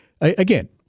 again